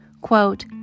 Quote